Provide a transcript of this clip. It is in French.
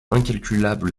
incalculable